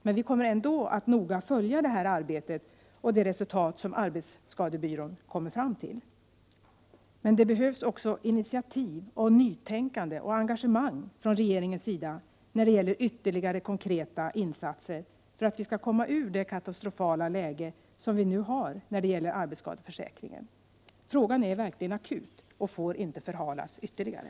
Men vi kommer ändå att noga följa det här arbetet och studera det resultat som arbetsskadebyrån kommer fram till. Men det behövs också initiativ, nytänkande och engagemang från regeringens sida när det gäller ytterligare konkreta insatser för att vi skall kunna komma ur nuvarande katastrofala läge när det gäller arbetsskadeförsäkringen. Frågan är verkligen akut och får inte förhalas ytterligare.